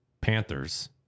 Panthers